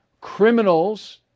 criminals